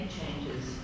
changes